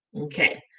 Okay